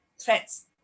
threats